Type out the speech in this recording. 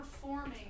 performing